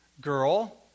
girl